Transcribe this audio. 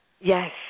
yes